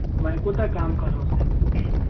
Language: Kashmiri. وۄنۍ کوٗتاہ کَم کَرہوس أسۍ